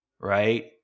right